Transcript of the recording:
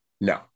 No